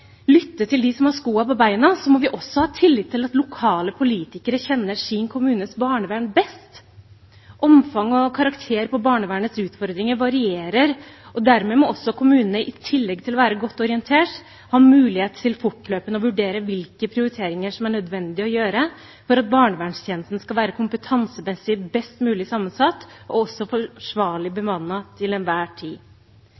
lytte til dem som har skoene på, må vi ha tillit til at lokale politikere kjenner sin kommunes barnevern best. Omfanget av og karakteren på barnevernets utfordringer varierer, og dermed må kommunene, i tillegg til å være godt orientert, ha mulighet til fortløpende å vurdere hvilke prioriteringer som er nødvendig å gjøre for at barnevernstjenesten skal være kompetansemessig best mulig sammensatt og forsvarlig bemannet til enhver tid. Jeg imøteser derfor en helhetlig behandling av barnevernsloven, som jeg også